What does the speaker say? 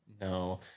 No